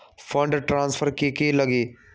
Fund transfer कि की लगी?